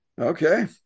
Okay